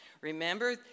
Remember